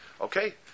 okay